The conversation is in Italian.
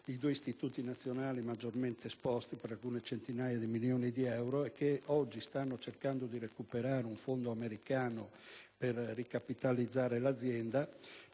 i due istituti nazionali maggiormente esposti per alcune centinaia di milioni di euro, i quali oggi stanno cercando di recuperare un fondo americano per ricapitalizzare l'azienda,